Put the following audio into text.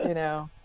know,